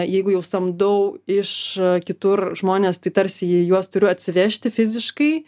jeigu jau samdau iš kitur žmones tai tarsi juos turiu atsivežti fiziškai